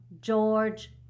George